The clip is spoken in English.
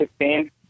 16